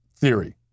theory